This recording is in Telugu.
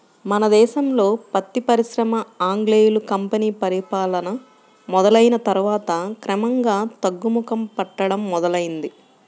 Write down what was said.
మన దేశంలో పత్తి పరిశ్రమ ఆంగ్లేయుల కంపెనీ పరిపాలన మొదలయ్యిన తర్వాత క్రమంగా తగ్గుముఖం పట్టడం మొదలైంది